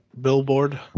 billboard